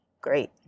Great